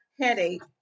Headache